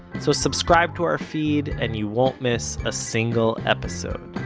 so subscribe to our feed, and you won't miss a single episode